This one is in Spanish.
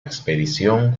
expedición